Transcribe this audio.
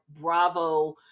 Bravo